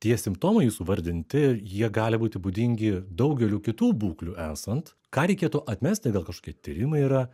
tie simptomai jūsų vardinti jie gali būti būdingi daugelių kitų būklių esant ką reikėtų atmesti gal kažkokie tyrimai yra